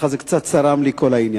קצת צרם לי כל העניין.